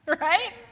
Right